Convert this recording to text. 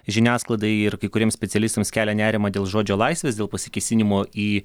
žiniasklaidai ir kai kuriems specialistams kelia nerimą dėl žodžio laisvės dėl pasikėsinimo į